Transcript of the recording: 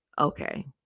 okay